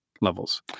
levels